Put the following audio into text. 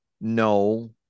No